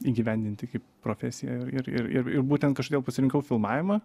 įgyvendinti kaip profesiją ir ir ir ir būten kašodėl pasirinkau filmavimą